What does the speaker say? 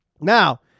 now